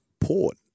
Port